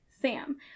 Sam